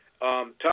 Tom